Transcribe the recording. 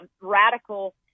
radical